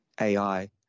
AI